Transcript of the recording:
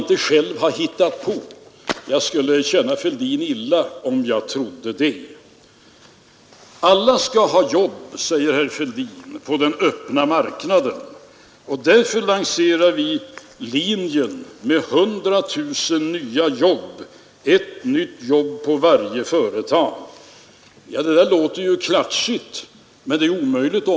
Vad jag har lagt märke till från oppositionen i både tal och skrift under de senaste veckorna är hur förtjust man har blivit i fiktionen, att ett nytt skattesystem löser alla problem.